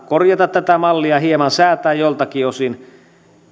korjata tätä mallia hieman säätää joltakin osin